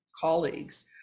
colleagues